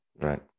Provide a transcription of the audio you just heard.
Right